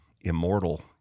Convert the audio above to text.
immortal